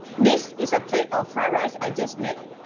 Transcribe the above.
this is a plate of fried rice i just made.